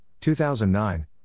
2009